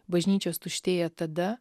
bažnyčios tuštėja tada